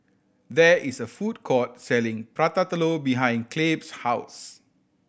there is a food court selling Prata Telur behind Clabe's house